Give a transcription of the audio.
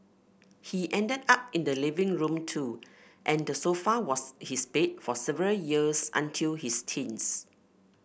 he ended up in the living room too and the sofa was his bed for several years until his teens